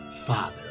father